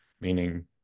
meaning